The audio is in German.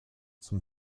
zum